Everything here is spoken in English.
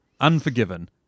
Unforgiven